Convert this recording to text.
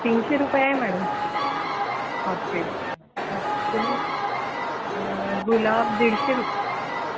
तीनशे रुपये आहे मॅडम ऑर्चिड गुलाब दीडशे रुपये आहे